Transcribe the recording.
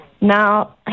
Now